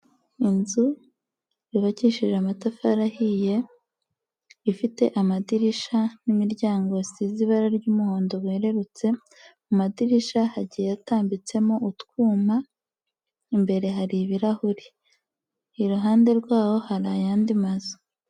Inzu yubakishije amatafari ahiye, ifite amadirishya n'imiryango isize ibara ry'umuhondo werururutse, mu madirishya hagiye hatambitsemo utwuma, imbere hari ibirahuri, iruhande rwaho hari ayandi mazu.